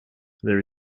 there